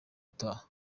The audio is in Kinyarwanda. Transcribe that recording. ataha